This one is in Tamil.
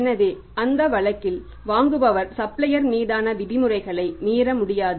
எனவே அந்த வழக்கில் வாங்குபவர் சப்ளையர் மீதான விதிமுறைகளை மீறமுடியாது